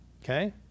Okay